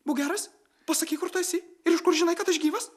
būk geras pasakyk kur tu esi iš kur žinai kad aš gyvas